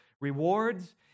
rewards